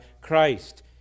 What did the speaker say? Christ